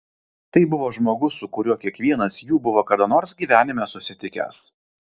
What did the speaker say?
tai buvo žmogus su kuriuo kiekvienas jų buvo kada nors gyvenime susitikęs